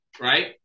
right